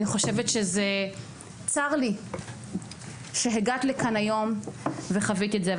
אני חושבת שזה צר לי שהגעת לכאן היום וחוויתי את זה.